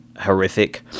horrific